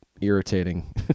irritating